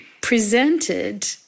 presented